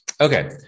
okay